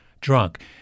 drunk